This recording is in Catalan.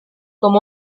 com